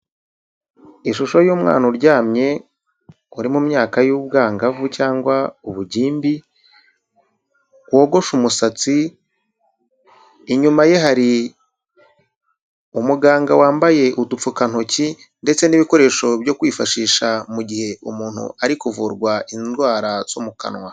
Ishusho y'umwana uryamye uri mu myaka y'ubwangavu cyangwa ubugimbi, wogoshae umusatsi, inyuma ye hari umuganga wambaye udupfukantoki ndetse n'ibikoresho byo kwifashisha mu gihe umuntu ari kuvurwa indwara zo mu kanwa.